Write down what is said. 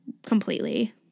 Completely